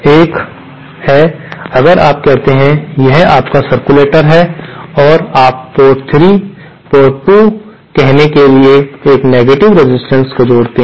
एक है अगर आप कहते हैं कि यह आपका सर्कुलेटर्स है और आप पोर्ट 3 पोर्ट 2 कहने के लिए एक नेगेटिव रेजिस्टेंस को जोड़ते हैं